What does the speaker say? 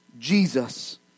Jesus